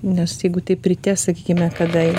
nes jeigu taip ryte sakykime kada